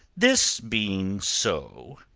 this being so,